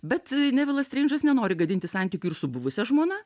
bet nevilas streindžas nenori gadinti santykių ir su buvusia žmona